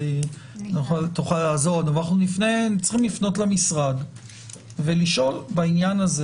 אז צריך לפנות למשרד ולשאול בעניין הזה